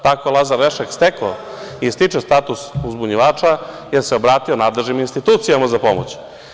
Tako je Lazar …(ne razume se) stekao i stiče status uzbunjivača, jer se obratio nadležnim institucijama za pomoć.